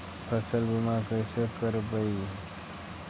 फसल बीमा कैसे करबइ?